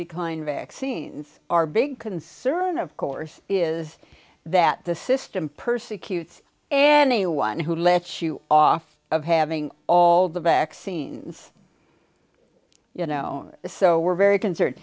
decline vaccines are big concern of course is that the system persecutes and anyone who lets you off of having all the vaccines you know the so we're very concerned